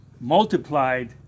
multiplied